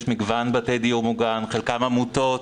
יש מגוון בתי דיור מוגן, חלקם עמותות,